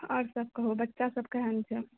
और सब कहु बच्चा सब केहन छै